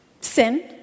sin